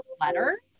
letter